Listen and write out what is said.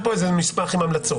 מס'),